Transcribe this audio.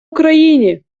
україні